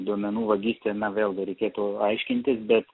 duomenų vagystė na vėlgi reikėtų aiškintis bet